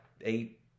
eight